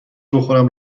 بخورم